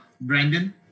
Brandon